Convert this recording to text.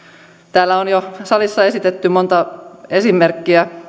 täällä on jo salissa esitetty monta esimerkkiä